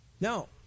No